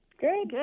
Good